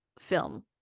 film